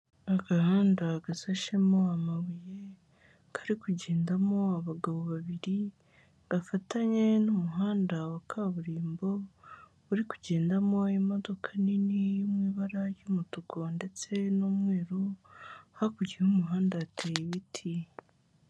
Agahanda gasashemo amabuye kari kugendamo abagabo babiri, gafatanye n'umuhanda wa kaburimbo uri kugendamo imodoka nini uri mu ibara ry'umutuku ndetse n'umweru, hakurya y'umuhanda hateye imiti.